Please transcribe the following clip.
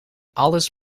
alles